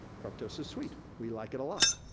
fructose is sweet, we like it a lot.